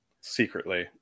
secretly